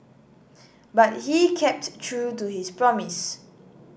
but he kept true to his promise